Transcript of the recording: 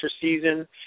season